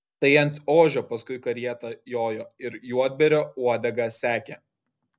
tai ant ožio paskui karietą jojo ir juodbėrio uodegą sekė